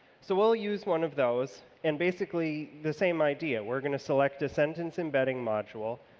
so we'll use one of those, and basically the same idea, we're going to select a sentence-embedding module,